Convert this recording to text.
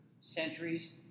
centuries